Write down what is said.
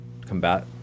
combat